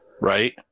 Right